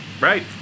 Right